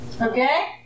Okay